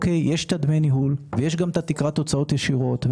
יש דמי ניהול ותקרת הוצאות ישירות.